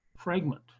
Fragment